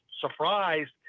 surprised